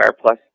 Plus